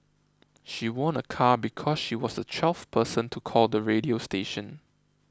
she won a car because she was the twelfth person to call the radio station